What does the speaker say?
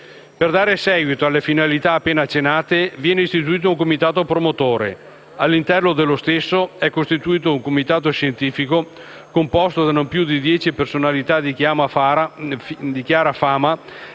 Per dare seguito alle finalità appena accennate viene istituito un comitato promotore. All'interno dello stesso è costituito un comitato scientifico, composto da non più di dieci personalità di chiara fama